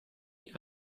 hier